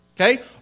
Okay